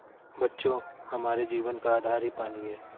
बच्चों हमारे जीवन का आधार ही पानी हैं